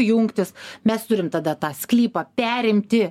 jungtys mes turim tada tą sklypą perimti